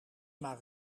maar